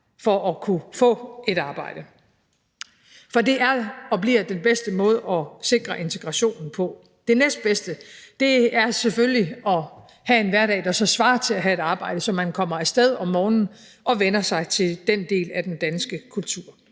for at kunne få et arbejde. For det er og bliver den bedste måde at sikre integrationen på. Det næstbedste er selvfølgelig at have en hverdag, der så svarer til at have et arbejde, så man kommer af sted om morgenen og vænner sig til den del af den danske kultur.